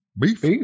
Beef